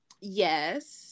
Yes